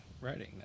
writing